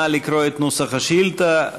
נא לקרוא את נוסח השאילתה.